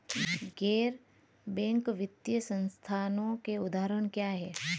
गैर बैंक वित्तीय संस्थानों के उदाहरण क्या हैं?